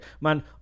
man